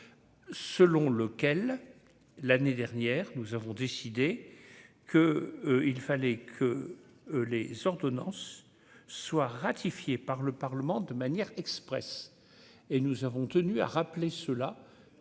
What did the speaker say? selon lequel l'année dernière, nous avons décidé que il fallait que les ordonnances soient ratifiées par le Parlement de manière expresse et nous avons tenu à rappeler ceux-là